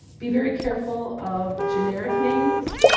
be very careful of generic names.